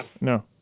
No